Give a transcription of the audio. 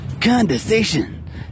Condensation